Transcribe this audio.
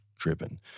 driven